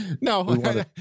No